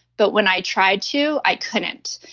but when i tried to, i couldn't.